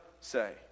say